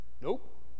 Nope